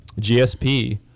GSP